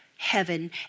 heaven